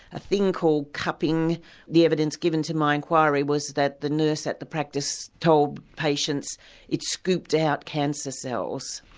a thing called cupping the evidence given to my inquiry was that the nurse at the practice told patients it scooped out cancer cells.